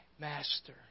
Master